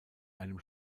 einem